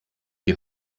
die